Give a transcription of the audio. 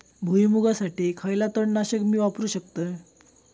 भुईमुगासाठी खयला तण नाशक मी वापरू शकतय?